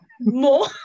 more